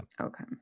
okay